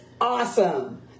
awesome